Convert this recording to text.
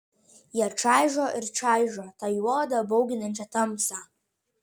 jie čaižo ir čaižo tą juodą bauginančią tamsą